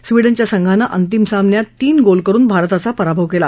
स्वीडनच्या संघानं अंतिम सामन्यात तीन गोल करुन भारताचा पराभव केला